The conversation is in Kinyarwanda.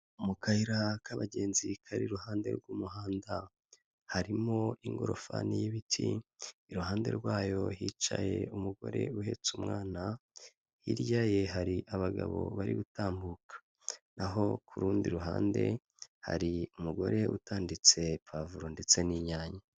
Mu kayira k'abagenzi kari iruhande rw'umuhanda harimo ingorofani y'ibiti, iruhande rwayo hicaye umugore uhetse umwana, hirya ye hari abagabo bari gutambuka. Naho ku rundi ruhande hari umugore utanditse pavuro, ndetse n'inyanya.